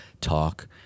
Talk